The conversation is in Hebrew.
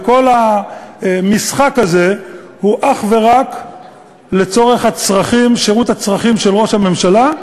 וכל המשחק הזה הוא אך ורק לשירות הצרכים של ראש הממשלה,